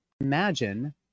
imagine